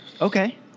Okay